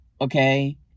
okay